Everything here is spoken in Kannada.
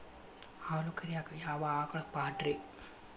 ಹಾಲು ಕರಿಯಾಕ ಯಾವ ಆಕಳ ಪಾಡ್ರೇ?